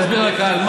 תסביר לקהל.